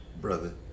Brother